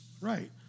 Right